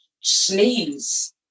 sneeze